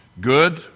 Good